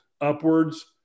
upwards